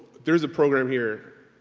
there's a program here,